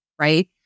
Right